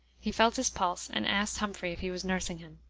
he felt his pulse, and asked humphrey if he was nursing him.